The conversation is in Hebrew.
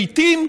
לעיתים,